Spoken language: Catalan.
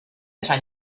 sant